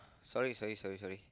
sorry sorry sorry sorry